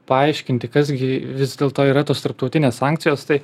paaiškinti kas gi vis dėlto yra tos tarptautinės sankcijos tai